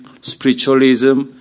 spiritualism